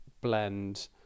blend